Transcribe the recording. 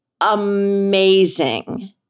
amazing